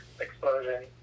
explosion